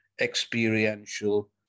experiential